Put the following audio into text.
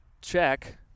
check